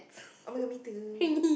I'm in a meeting